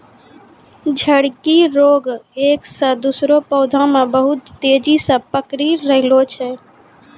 झड़की रोग एक से दुसरो पौधा मे बहुत तेजी से पकड़ी रहलो छै